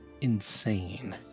insane